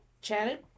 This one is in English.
chatted